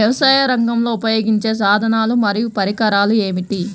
వ్యవసాయరంగంలో ఉపయోగించే సాధనాలు మరియు పరికరాలు ఏమిటీ?